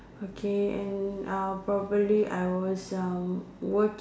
okay and uh probably I was uh work~